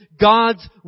God's